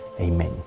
Amen